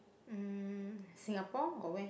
um Singapore or where